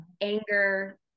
Anger